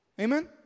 Amen